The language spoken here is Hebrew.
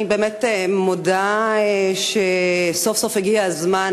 אני מודה על כך שסוף-סוף הגיע הזמן